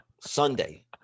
Sunday